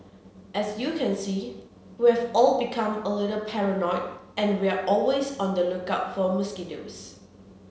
as you can see we've all become a little paranoid and we're always on the lookout for mosquitoes